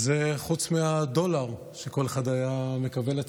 וזה חוץ מהדולר שכל אחד היה מקבל אצלו.